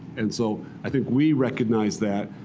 and so i think we recognize that.